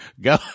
Go